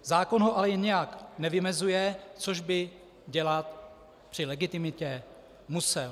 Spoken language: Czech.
Zákon ho ale nijak nevymezuje, což by dělat při legitimitě musel.